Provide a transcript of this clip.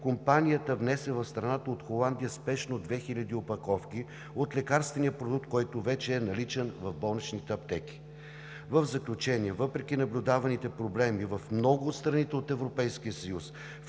компанията внесе в страната от Холандия спешно 2 хиляди опаковки от лекарствения продукт, който вече е наличен в болничните аптеки. В заключение: въпреки наблюдаваните проблеми в много страни от Европейския съюз,